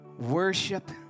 worship